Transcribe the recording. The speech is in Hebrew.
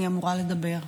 לדבר.